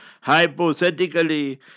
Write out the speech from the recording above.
Hypothetically